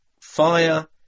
fire